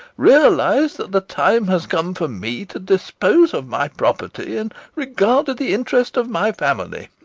realise that the time has come for me to dispose of my property in regard to the interests of my family.